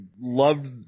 loved